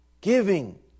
Giving